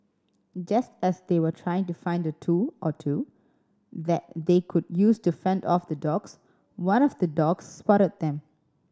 just as they were trying to find a tool or two that they could use to fend off the dogs one of the dogs spotted them